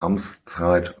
amtszeit